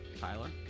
Tyler